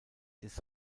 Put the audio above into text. des